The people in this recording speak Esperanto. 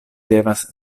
devas